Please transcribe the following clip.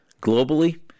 Globally